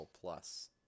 plus